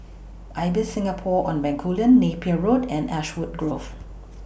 Ibis Singapore on Bencoolen Napier Road and Ashwood Grove